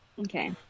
Okay